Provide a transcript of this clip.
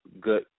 good